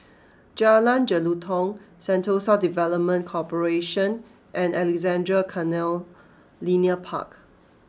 Jalan Jelutong Sentosa Development Corporation and Alexandra Canal Linear Park